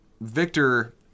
Victor